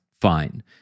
fine